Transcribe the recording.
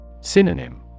Synonym